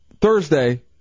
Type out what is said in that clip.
thursday